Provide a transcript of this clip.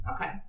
okay